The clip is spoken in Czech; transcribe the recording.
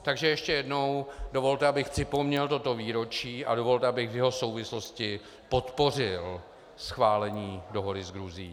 Takže ještě jednou dovolte, abych připomněl toto výročí, a dovolte, abych v jeho souvislosti podpořil schválení dohody s Gruzií.